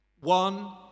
One